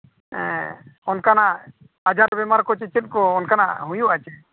ᱚᱱᱠᱟᱱᱟᱜ ᱟᱡᱟᱨ ᱵᱤᱢᱟᱹᱨ ᱠᱚ ᱥᱮ ᱪᱮᱫ ᱠᱚ ᱚᱱᱠᱟᱱᱟᱜ ᱦᱩᱭᱩᱜᱼᱟ ᱪᱮ